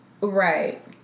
Right